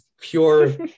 pure